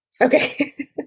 Okay